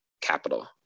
capital